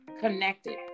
connected